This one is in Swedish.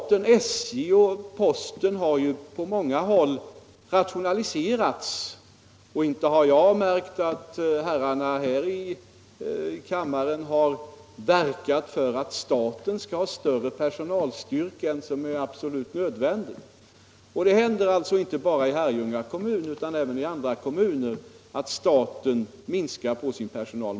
Exempelvis SJ och Posten har ju på många håll rationaliserat sin verksamhet, och inte har jag märkt att herrarna här i kammaren har verkat för att statliga verk eller företag skall ha större personalstyrka än som är absolut nödvändigt. Det händer alltså inte bara i Herrljunga utan även i andra kommuner att staten minskar sin personal.